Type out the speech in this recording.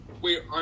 Wait